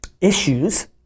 issues